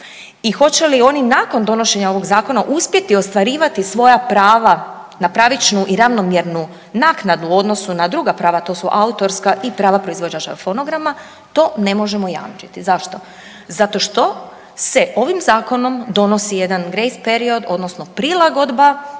i hoće li oni nakon donošenja ovog Zakona uspjeti ostvarivati svoja prava na pravičnu i ravnomjernu naknadu u odnosu na druga prava to su autorska i prava proizvođača fonograma, to ne možemo jamčiti. Zašto? Zato što se ovim Zakonom donosi jedan grejs period odnosno prilagodba